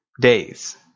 days